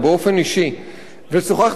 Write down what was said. ושוחחתי עם נציגיו באופן אישי,